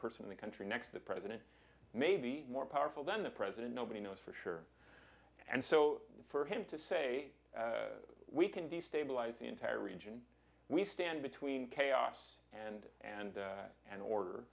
person the country next the president maybe more powerful than the president nobody knows for sure and so for him to say we can destabilize the entire region we stand between chaos and and an order